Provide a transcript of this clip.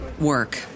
work